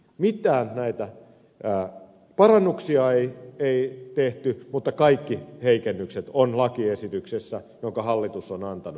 mitään näitä parannuksia ei tehty mutta kaikki heikennykset ovat lakiesityksessä jonka hallitus on antanut